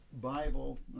Bible